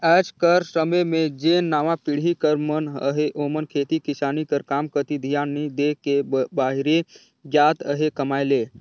आएज कर समे में जेन नावा पीढ़ी कर मन अहें ओमन खेती किसानी कर काम कती धियान नी दे के बाहिरे जात अहें कमाए ले